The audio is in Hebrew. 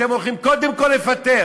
אתם הולכים קודם כול לפטר.